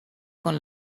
con